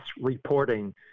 reporting